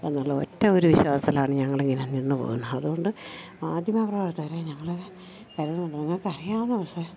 എന്നുള്ള ഒറ്റ ഒരു വിശ്വാസത്തിലാണ് ഞങ്ങൾ ഇങ്ങനെ നിന്ന് പോകുന്നത് അതുകൊണ്ട് മാധ്യമ പ്രവർത്തരെ ഞങ്ങൾ കരുതുന്ന ഞങ്ങൾക്ക് അറിയാവുന്ന ദിവസം